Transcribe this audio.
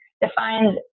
defines